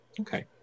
Okay